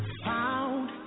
found